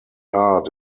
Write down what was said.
art